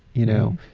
you know.